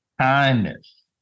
kindness